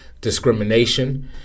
discrimination